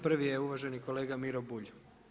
Prvi je uvaženi kolega Miro Bulj.